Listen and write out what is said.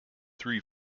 three